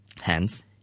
Hence